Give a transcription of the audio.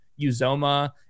Uzoma